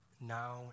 now